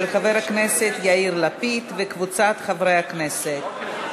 של חבר הכנסת יאיר לפיד וקבוצת חברי הכנסת.